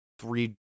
three